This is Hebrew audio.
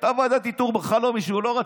הייתה ועדת איתור והיא בחרה לו מישהו, הוא לא רצה.